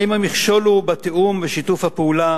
האם המכשול הוא בתיאום ובשיתוף הפעולה